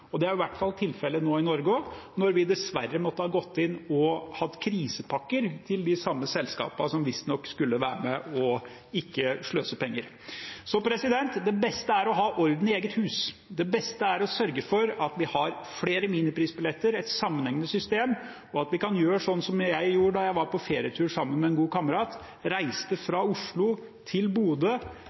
Det er i hvert fall tilfellet nå i Norge også, når vi dessverre har måttet gå inn med krisepakker til de samme selskapene som visstnok skulle være med på ikke å sløse penger. Det beste er å ha orden i eget hus. Det beste er å sørge for at vi har flere miniprisbilletter i et sammenhengende system, og at vi kan gjøre som jeg gjorde da jeg var på ferietur sammen med en god kamerat, og reiste fra Oslo til Bodø